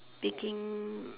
baking